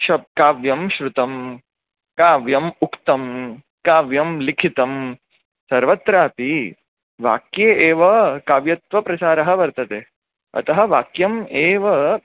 काव्यं श्रुतं काव्यम् उक्तं काव्यं लिखितं सर्वत्रापि वाक्ये एव काव्यत्व प्रचारः वर्तते अतः वाक्यम् एव